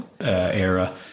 era